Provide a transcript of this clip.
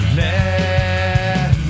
let